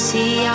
See